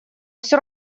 всё